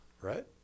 Right